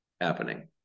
happening